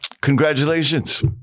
congratulations